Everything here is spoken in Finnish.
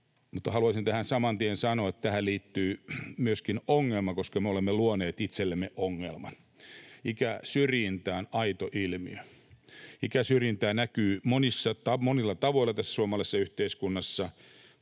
haluaisin tähän saman tien sanoa, että tähän liittyy myöskin ongelma, koska me olemme luoneet itsellemme ongelman. Ikäsyrjintä on aito ilmiö. Ikäsyrjintä näkyy monilla tavoilla tässä suomalaisessa yhteiskunnassa.